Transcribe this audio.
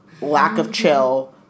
lack-of-chill